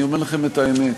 אני אומר לכם את האמת.